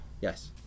Yes